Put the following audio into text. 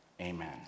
amen